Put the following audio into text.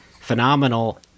phenomenal